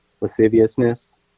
lasciviousness